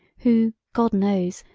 who, god knows,